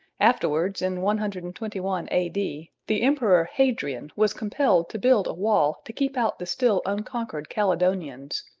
afterwards, in one hundred and twenty one a d, the emperor hadrian was compelled to build a wall to keep out the still unconquered caledonians.